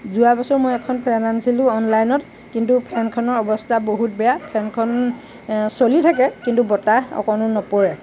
যোৱা বছৰ মই এখন ফেন আনিছিলোঁ অনলাইনত কিন্তু ফেনখনৰ অৱস্থা বহুত বেয়া ফেনখন চলি থাকে কিন্তু বতাহ অকণো নপৰে